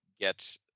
get